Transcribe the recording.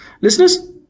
Listeners